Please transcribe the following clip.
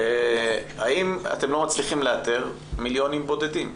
האם אתם לא מצליחים לאתר מיליונים בודדים?